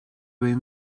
been